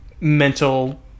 mental